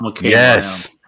yes